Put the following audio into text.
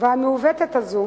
והמעוותת הזאת